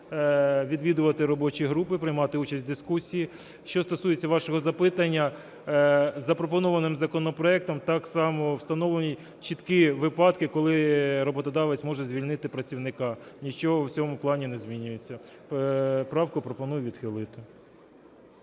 відвідувати робочі групи, приймати участь в дискусії. Що стосується вашого запитання. Запропонованим законопроектом так само встановлені чіткі випадки, коли роботодавець може звільнити працівника. Нічого в цьому плані не змінюється. Правку пропоную відхилити.